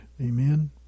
Amen